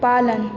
पालन